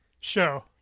Show